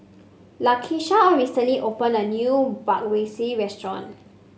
Lakisha recently opened a new Bratwurst Restaurant